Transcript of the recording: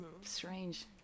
strange